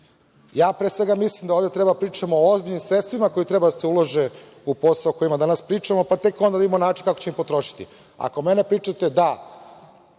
svega, mislim da ovde trebamo da pričamo o ozbiljnim sredstvima koja treba da se ulože u poslove o kojima danas pričamo, pa tek onda da vidimo način kako ćemo ih potrošiti. Ako mene pitate, da,